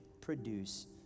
Produce